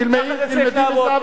תלמדי מזהבה